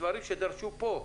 אלה דברים שדרשו פה,